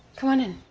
come on in.